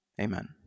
Amen